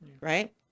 Right